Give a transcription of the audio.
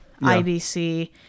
IBC